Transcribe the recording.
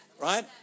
right